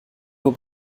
nur